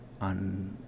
on